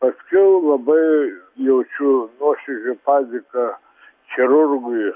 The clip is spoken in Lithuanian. paskiau labai jaučiu nuoširdžią padėką chirurgui